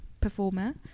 performer